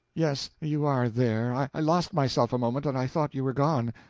yes, you are there. i lost myself a moment, and i thought you were gone.